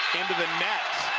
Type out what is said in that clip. into the net.